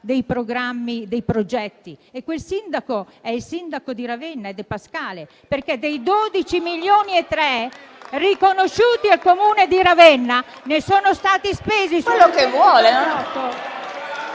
dei programmi e dei progetti. Quel sindaco è il sindaco di Ravenna, De Pascale, perché dei 12,3 milioni riconosciuti al Comune di Ravenna ne sono stati spesi solo…